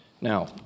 Now